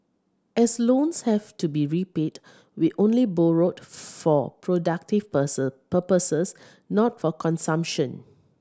as loans have to be repaid we only borrowed for productive purposes not for consumption